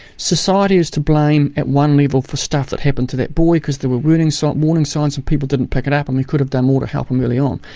society is to blame at one level for stuff that happened to that boy, because there were warning so warning signs, and people didn't pick it up um and could have done more to help him early on.